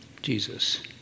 Jesus